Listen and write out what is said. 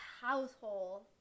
household